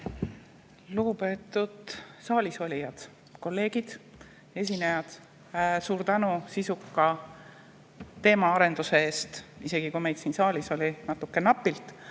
Lugupeetud saalis olijad, kolleegid, esinejad! Suur tänu sisuka teemaarenduse eest! Meid siin saalis oli natuke napilt,